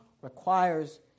requires